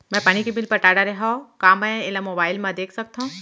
मैं पानी के बिल पटा डारे हव का मैं एला मोबाइल म देख सकथव?